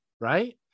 Right